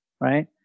right